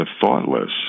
thoughtless